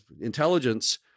intelligence